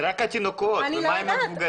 זה רק התינוקות ומה עם המבוגרים?